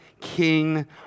king